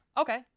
Okay